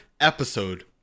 episode